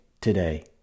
today